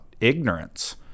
ignorance